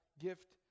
gift